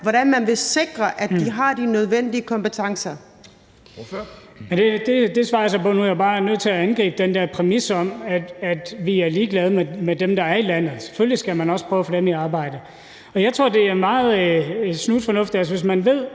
Ordføreren. Kl. 13:25 Andreas Steenberg (RV): Det svarer jeg så på nu. Jeg er bare nødt til at angribe den der præmis om, at vi er ligeglade med dem, der er i landet, for selvfølgelig skal man også prøve at få dem i arbejde. Jeg tror, at det er meget snusfornuftigt. Altså, hvis man ved,